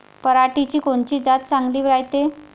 पऱ्हाटीची कोनची जात चांगली रायते?